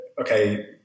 okay